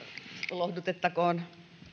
lohdutettakoon